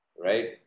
right